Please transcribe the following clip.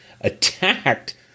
attacked